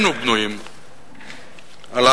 מאת מרטין נימלר,